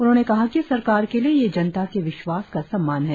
उन्होंने कहा कि सरकार के लिए यह जनता के विश्वास का सम्मान है